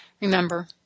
Remember